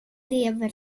lever